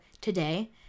today